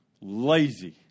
lazy